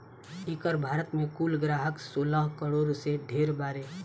एकर भारत मे कुल ग्राहक सोलह करोड़ से ढेर बारे